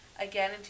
again